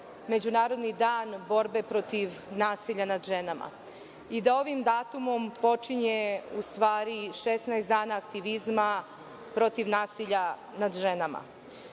Međunarodni dan borbe protiv nasilja nad ženama i da ovim datumom počinje u stvari 16 dana aktivizma protiv nasilja nad ženama.